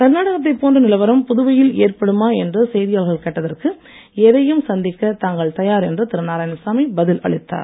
கர்நாடகத்தை போன்ற நிலவரம் புதுவையில் ஏற்படுமா என்று செய்தியாளர்கள் கேட்டதற்கு எதையும் சந்திக்க தாங்கள் தயார் என்று திரு நாராயணசாமி பதிலளித்தார்